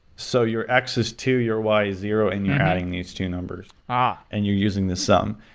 so your x is two, your y is zero, and you're adding these two numbers ah and you're using the sum.